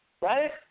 right